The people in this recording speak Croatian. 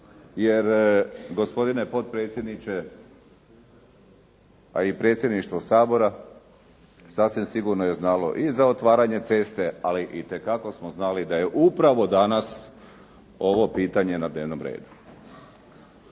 jer gospodine potpredsjedniče, a i predsjedništvo Sabora sasvim sigurno je znalo i za otvaranje ceste, ali itekako smo znali da je upravo danas ovo pitanje na dnevnom redu.